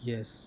Yes